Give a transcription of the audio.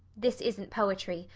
this isn't poetry,